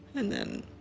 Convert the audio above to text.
and then